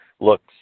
look